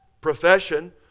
profession